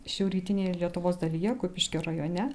šiaurrytinėje lietuvos dalyje kupiškio rajone